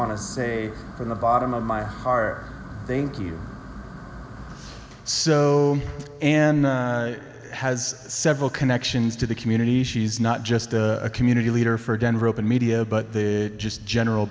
want to say from the bottom of my car thank you so and has several connections to the community she's not just a community leader for denver open media but the just general